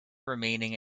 remaining